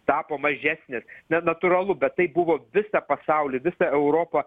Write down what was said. tapo mažesnės nenatūralu bet tai buvo visą pasaulį visą europą